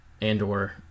Andor